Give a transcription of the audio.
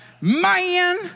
Man